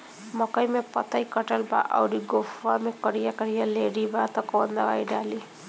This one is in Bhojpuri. मकई में पतयी कटल बा अउरी गोफवा मैं करिया करिया लेढ़ी बा कवन दवाई डाली?